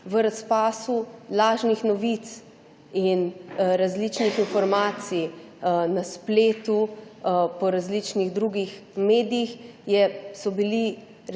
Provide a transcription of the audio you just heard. v razpasu lažnih novic in različnih informacij na spletu. Po različnih drugih medijih so bili